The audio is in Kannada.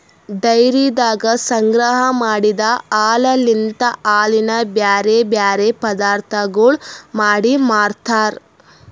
ಡೈರಿದಾಗ ಸಂಗ್ರಹ ಮಾಡಿದ್ ಹಾಲಲಿಂತ್ ಹಾಲಿನ ಬ್ಯಾರೆ ಬ್ಯಾರೆ ಪದಾರ್ಥಗೊಳ್ ಮಾಡಿ ಮಾರ್ತಾರ್